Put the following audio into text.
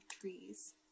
trees